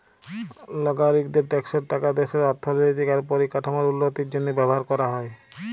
লাগরিকদের ট্যাক্সের টাকা দ্যাশের অথ্থলৈতিক আর পরিকাঠামোর উল্লতির জ্যনহে ব্যাভার ক্যরা হ্যয়